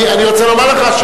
אני רוצה לומר לך,